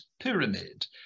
pyramid